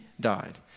died